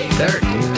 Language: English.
thirty